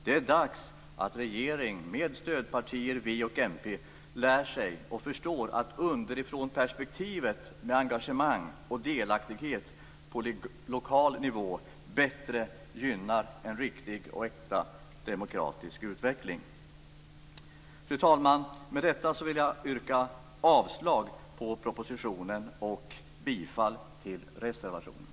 Det är dags att regeringen med stödpartierna v och mp lär sig, och förstår, att underifrånperspektivet med engagemang och delaktighet på lokal nivå bättre gynnar en riktig och äkta demokratisk utveckling. Fru talman! Med detta vill jag yrka avslag på hemställan i betänkandet om propositionen och bifall till reservationen.